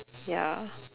ya